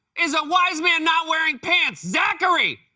is a wise man not wearing pants! zachary!